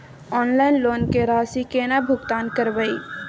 Online loan के राशि केना भुगतान करबे?